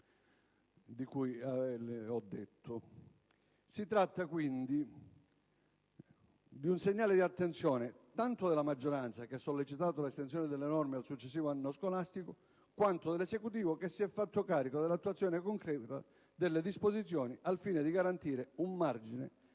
Si tratta evidentemente di un segnale di attenzione tanto della maggioranza, che ha sollecitato l'estensione delle norme al successivo anno scolastico, quanto dell'Esecutivo che si è fatto carico dell'attuazione concreta della disposizione al fine di garantire un margine